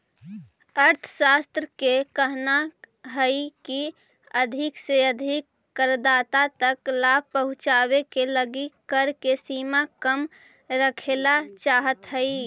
अर्थशास्त्रि के कहना हई की अधिक से अधिक करदाता तक लाभ पहुंचावे के लगी कर के सीमा कम रखेला चाहत हई